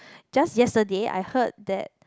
just yesterday I heard that